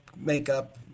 makeup